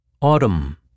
Autumn